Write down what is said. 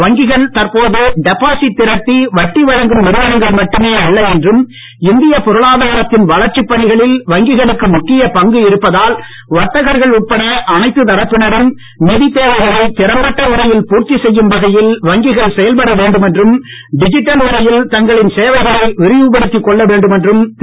வங்கிகள் தற்போது டெபாசிட் திரட்டி வட்டி வழங்கும் நிறுவனங்கள் மட்டுமே அல்ல என்றும் இந்தியப் பொருளாதாரத்தின் வளர்ச்சிப் பணிகளில் வங்கிகளுக்கு முக்கியப் பங்கு இருப்பதால் வர்த்தகர்கள் உட்பட அனைத்து தரப்பினரும் நிதித் தேவைகளை திறம்பட்ட முறையில் பூர்த்தி செய்யும் வகையில் வங்கிகள் செயல்பட வேண்டும் என்றும் டிஜிட்டல் முறையில் தங்களின் சேவைகளை விரிவுபடுத்திக் கொள்ள வேண்டும் என்றும் திரு